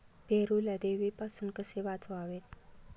पेरूला देवीपासून कसे वाचवावे?